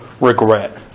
regret